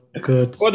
Good